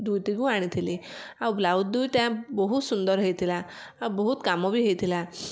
ଦୁଇଟି କୁ ଆଣିଥିଲି ଆଉ ବ୍ଳାଉଜ ଦୁଇଟା ବହୁତ ସୁନ୍ଦର ହେଇଥିଲା ଆଉ ବହୁତ କାମ ବି ହେଇଥିଲା